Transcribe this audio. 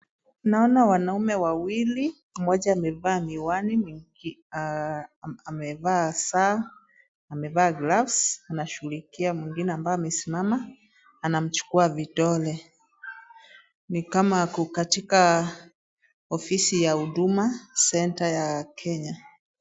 Naona wanaume wawili. Mmoja amevaa miwani, amevaa saa, amevaa gloves, anashughulikia mwingine ambaye amesimama. Anamchukua vidole. Ni kama ako katika ofisi ya Huduma Centre ya Kenya.